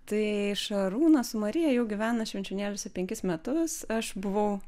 tai šarūnas su marija jau gyvena švenčionėliuose penkis metus aš buvau